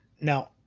Now